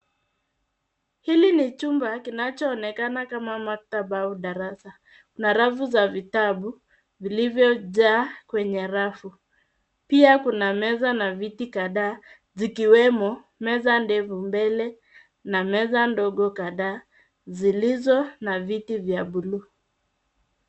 Hili ni chumba kinachoonekana kama maktaba au darasa. Kuna rafu za vitabu vilivyojaa kwenye rafu. Pia kuna meza na viti kadhaa zikiwemo meza ndefu mbele na meza ndogo kadhaa zilizo na viti vya buluu.